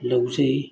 ꯂꯧꯖꯩ